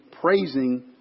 praising